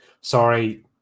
sorry